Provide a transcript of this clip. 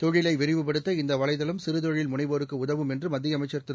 தொழிலை விரிவுப்படுத்த இந்த வலைதளம் சிறு தொழில் முனைவோருக்கு உதவும் என்று மத்திய அமைச்சர் திரு